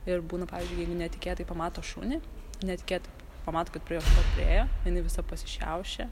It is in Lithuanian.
ir būna pavyzdžiui jeigu netikėtai pamato šunį netikėtai pamato kad prie jos šuo priėjo jinai visa pasišiaušia